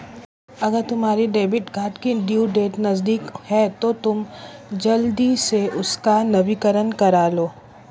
अगर तुम्हारे debit card की ड्यू डेट नज़दीक है तो तुम जल्दी से उसका नवीकरण करालो